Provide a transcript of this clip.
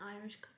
Irish